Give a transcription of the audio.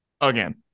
again